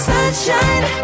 Sunshine